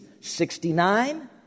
Sixty-nine